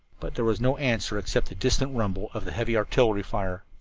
but there was no answer except the distant rumble of the heavy artillery fire.